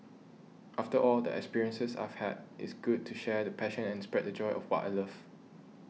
after all the experiences I've had it's good to share the passion and spread the joy of what I love